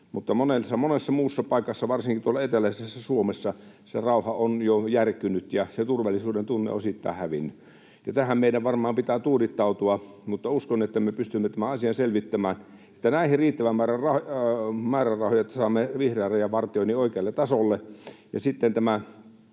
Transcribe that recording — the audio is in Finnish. mutta monessa muussa paikassa varsinkin eteläisessä Suomessa se rauha on jo järkkynyt ja se turvallisuudentunne osittain hävinnyt, ja tähän meidän varmaan pitää tuudittautua. Mutta uskon, että me pystymme tämän asian selvittämään, että näihin saadaan riittävä määrä määrärahoja, että saamme vihreän rajan vartioinnin oikealle tasolle. Sitten